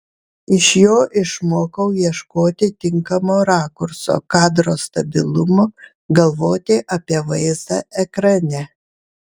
iš jo išmokau ieškoti tinkamo rakurso kadro stabilumo galvoti apie vaizdą ekrane